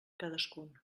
cadascun